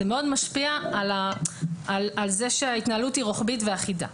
זה מאוד משפיע על זה שההתנהלות היא רוחבית ואחידה.